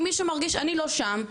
אם מישהו מרגיש אני לא שם,